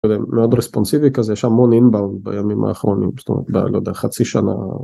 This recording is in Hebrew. מאוד רספונסיבי כזה יש המון ... בימים האחרונים לא יודע חצי שנה.